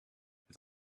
het